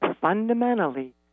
fundamentally